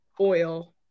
oil